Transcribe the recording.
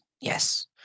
yes